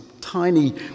tiny